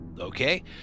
Okay